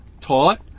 taught